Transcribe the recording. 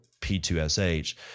P2SH